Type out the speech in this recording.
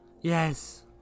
Yes